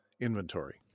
inventory